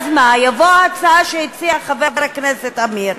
אז מה, תבוא ההצעה שהציע חבר הכנסת אמיר,